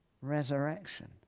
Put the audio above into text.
resurrection